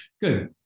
good